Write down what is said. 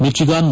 Michigan